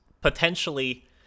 potentially